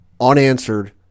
unanswered